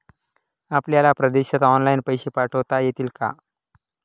आपल्याला परदेशात ऑनलाइन पैसे पाठवता येतील का?